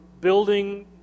building